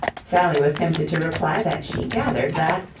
sally was tempted to reply that she gathered that,